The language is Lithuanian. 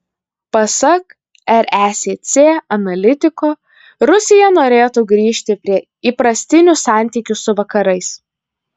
pasak resc analitiko rusija norėtų grįžti prie įprastinių santykių su vakarais